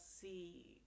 see